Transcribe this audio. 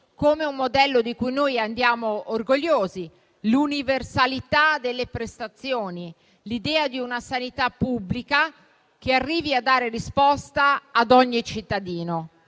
come un modello di cui noi andiamo orgogliosi: l'universalità delle prestazioni, l'idea di una sanità pubblica che arrivi a dare risposta ad ogni cittadino.